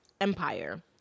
Empire